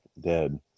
dead